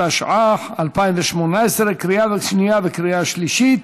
התשע"ח 2018. לקריאה שנייה וקריאה שלישית.